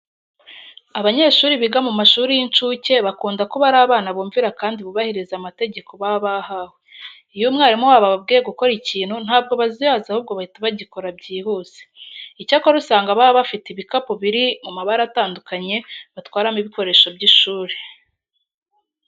Abanyeshuri biga mu mashuri y'incuke bakunda kuba ari abana bumvira kandi bubahiriza amategeko baba bahawe. Iyo umwarimu wabo ababwiye gukora ikintu ntabwo bazuyaza ahubwo bahita bagikora byihuse. Icyakora usanga baba bafite ibikapu biri mu mabara atandukanye batwaramo ibikoresho by'ishuri.